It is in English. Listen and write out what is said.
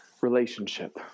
Relationship